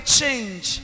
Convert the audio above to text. change